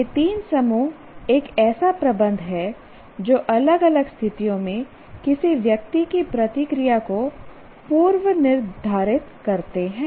ये तीन समूह एक ऐसा प्रबंध है जो अलग अलग स्थितियों में किसी व्यक्ति की प्रतिक्रिया को पूर्व निर्धारित करते हैं